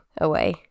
away